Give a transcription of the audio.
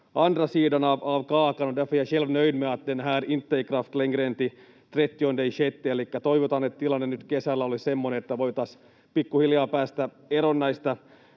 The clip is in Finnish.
toivotaan, että tilanne nyt kesällä olisi semmoinen, että voitaisiin pikkuhiljaa päästä eroon näistä